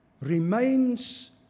remains